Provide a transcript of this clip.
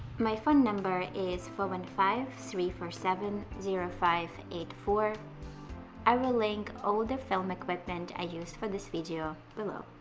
my phone number is four one five three four seven zero five eight four i will link all the film equipment i used for this video below